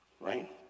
right